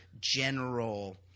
general